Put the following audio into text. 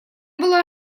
была